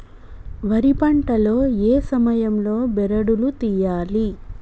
వరి పంట లో ఏ సమయం లో బెరడు లు తియ్యాలి?